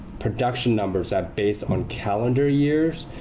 projection numbers are based on calendar years,